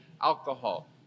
alcohol